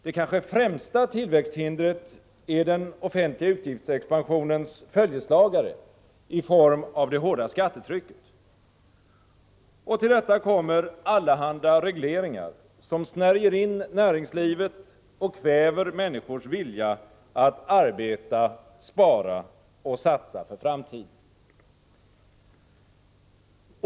Det kanske främsta tillväxthindret är den offentliga utgiftsexpansionens följeslagare i form av det hårda skattetrycket. Till detta kommer allehanda regleringar, som snärjer in näringslivet och kväver människors vilja att arbeta, spara och satsa för framtiden.